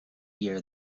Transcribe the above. year